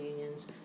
unions